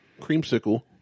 creamsicle